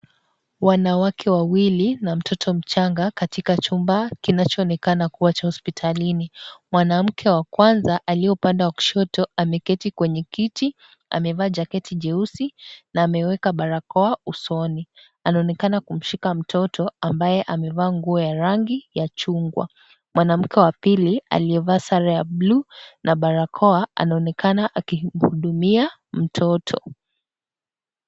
Wanawake wawili na mtoto mchanga katika chumba kinachoonekana kuwa cha hospitalini, mwanamke wa kwanza aliye upande wa kushoto ameketi kwenye kiti amevaa jaketi jeusi na ameweka barakoa usoni anaonekana kumshika mtoto ambaye amevaa nguo ya rangi ya chungwa mwanamke wa pili aliyevaa sare ya blue na barakoa anaonekana akihudumia mtoto.